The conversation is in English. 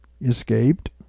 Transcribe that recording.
escaped